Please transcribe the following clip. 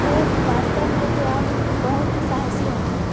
ओह वास्तव में तो आप बहुत साहसी होंगे